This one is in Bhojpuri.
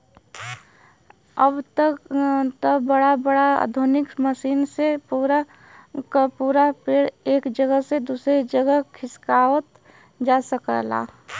अब त बड़ा बड़ा आधुनिक मसीनन से पूरा क पूरा पेड़ एक जगह से दूसर जगह खिसकावत जा सकला